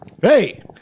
Hey